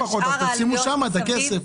ברור שזה פחות, אז שימו שם את הכסף.